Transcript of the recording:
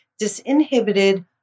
disinhibited